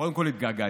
קודם כול, התגעגעתי.